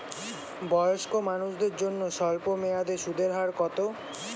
বয়স্ক মানুষদের জন্য স্বল্প মেয়াদে সুদের হার কত?